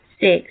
Six